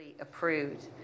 Approved